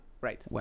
right